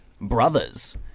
brothers